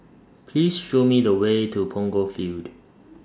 Please Show Me The Way to Punggol Field